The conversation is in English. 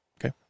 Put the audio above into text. okay